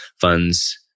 funds